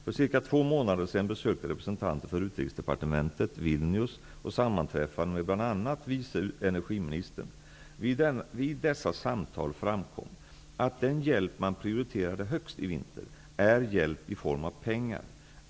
För cirka två månader sedan besökte representanter för Utrikesdepartementet Vilnius och sammanträffade med bl.a. vice energiministern. Vid dessa samtal framkom att den hjälp man prioriterade högst i vinter, är hjälp i form av pengar.